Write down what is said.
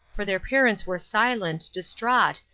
for their parents were silent, distraught,